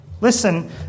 Listen